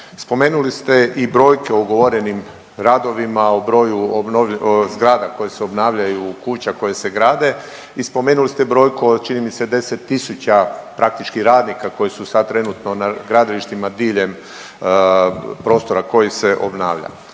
Spomenuli ste i brojke ugovorenim radovima, u broju obnovljenih zgrada koje se obnavljaju, kuća koje se grade i spomenuli ste brojku od, čini mi se, 10 tisuća praktički radnika koji su sad trenutno na gradilištima diljem prostora koji se obnavlja.